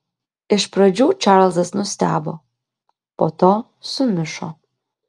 iš pradžių čarlzas nustebo po to sumišo